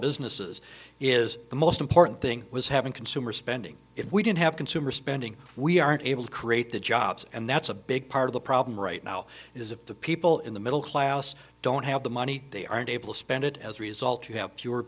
businesses is the most important thing was having consumer spending if we didn't have consumer spending we aren't able to create the jobs and that's a big part of the problem right now is if the people in the middle class don't have the money they aren't able to spend it as a result you have